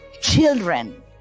children